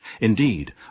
Indeed